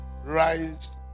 rise